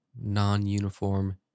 non-uniform